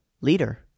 leader